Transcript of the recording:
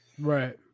Right